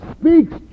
speaks